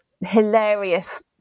hilarious